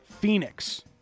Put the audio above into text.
Phoenix